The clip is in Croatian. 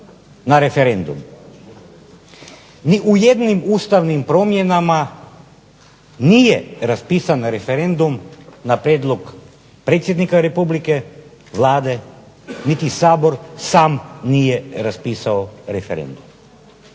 na referendum. Ni u jednim ustavnim promjenama nije raspisan referendum na prijedlog predsjednika Republike, Vlade niti Sabor sam nije raspisao referendum.